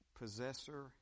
possessor